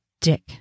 dick